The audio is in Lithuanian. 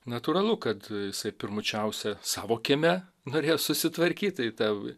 natūralu kad jisai pirmučiausia savo kieme norėjo susitvarkyt tai ta